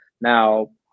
Now